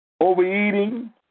overeating